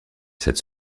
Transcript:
cette